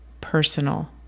personal